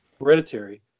Hereditary